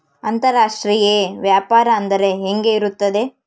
ಅಂತರಾಷ್ಟ್ರೇಯ ವ್ಯಾಪಾರ ಅಂದರೆ ಹೆಂಗೆ ಇರುತ್ತದೆ?